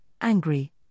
angry